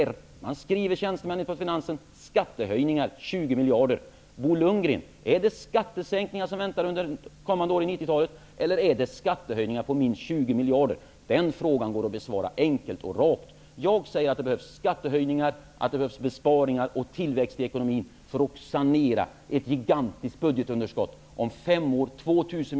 Tjänstemännen på Finansdepartementet skriver om skattehöjningar på 20 miljarder. Bo Lundgren, är det skattesänkningar som väntar under de kommande åren under 90-talet eller är det skattehöjningar på minst 20 miljarder? Denna fråga går att besvara enkelt och rakt. För att sanera ett gigantiskt budgetunderskott -- om fem år 2 000 miljarder kronor -- behövs skattehöjningar, besparingar och tillväxt i ekonomin.